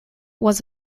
was